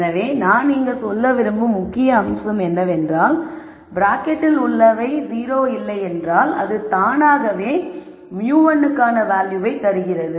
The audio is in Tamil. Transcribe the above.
எனவே நான் இங்கு சொல்ல விரும்பும் முக்கிய அம்சம் என்னவென்றால் ப்ராக்கெட்டில் உள்ளவை 0 இல்லை என்றால் அது தானாகவே μ1 க்கான வேல்யூவை தருகிறது